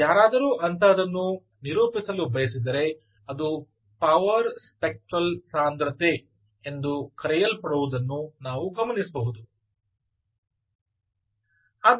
ಯಾರಾದರೂ ಅಂತಹದನ್ನು ನಿರೂಪಿಸಲು ಬಯಸಿದರೆ ಅದು ಪವರ್ ಸ್ಪೆಕ್ಟ್ರಲ್ ಸಾಂದ್ರತೆ ಎಂದು ಕರೆಯಲ್ಪಡುವದನ್ನು ನಾವು ಗಮನಿಸಬಹುದು